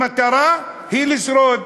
המטרה היא לשרוד.